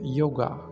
yoga